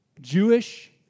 Jewish